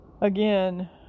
Again